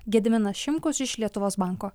gediminas šimkus iš lietuvos banko